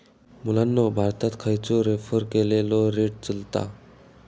मुलांनो भारतात खयचो रेफर केलेलो रेट चलता?